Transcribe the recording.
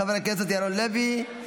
חבר הכנסת ירון לוי,